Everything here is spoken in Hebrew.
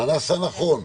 מה נעשה נכון.